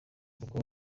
kuko